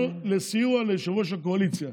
התכוונו לסיוע ליושב-ראש הקואליציה.